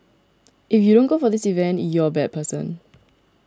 if you don't go for this event you're a bad person